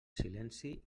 silenci